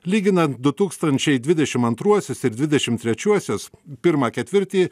lyginant du tūkstančiai dvidešim antruosius ir dvidešim trečiuosius pirmą ketvirtį